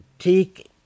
take